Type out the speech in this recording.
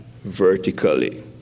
vertically